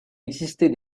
existait